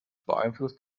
beeinflusst